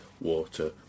water